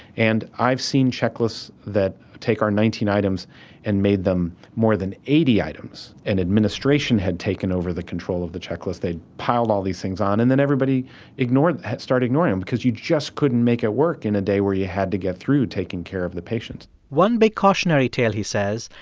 and i've seen checklists that take our nineteen items and made them more than eighty items, and administration administration had taken over the control of the checklist. they'd piled all of these things on, and then everybody ignored had start ignoring them because you just couldn't make it work in a day where you had to get through taking care of the patients one big cautionary tale, he says,